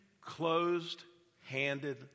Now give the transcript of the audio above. closed-handed